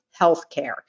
healthcare